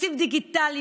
תקציב דיגיטלי,